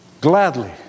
gladly